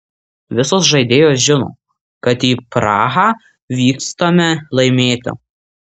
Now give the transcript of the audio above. visos žaidėjos žino kad į prahą vykstame laimėti